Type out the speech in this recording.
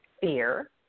fear